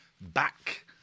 Back